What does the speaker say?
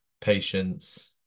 patience